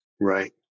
Right